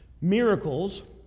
miracles